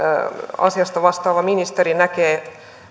asiasta vastaava ministeri näkee